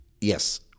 Yes